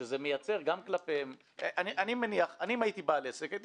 שזה מייצר גם כלפיהם אם הייתי בעל עסק הייתי